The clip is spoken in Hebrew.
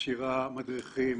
מכשירה מדריכים